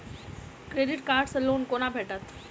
Credit card सँ loan कोना भेटत?